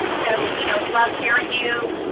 so you know love hearing you.